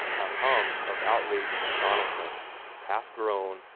a hum of outraged astonishment half groan,